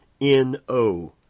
N-O